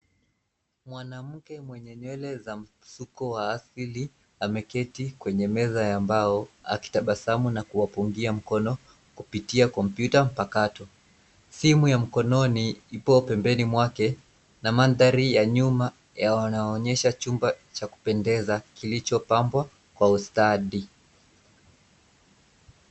Mwanamke mwenye nywele za msuko wa asili ameketi kwenye meza ya mbao akitabasamu na kuwapungia mkono kupitia kompyuta mpakato. Simu ya mkononi ipo pembeni mwake na mandhari ya nyuma yanaonyesha chumba cha kupendeza kilichopambwa kwa ustadi.